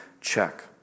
check